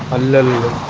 a little